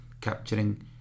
capturing